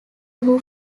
who